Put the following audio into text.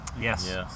Yes